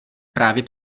právě